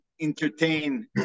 entertain